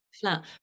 flat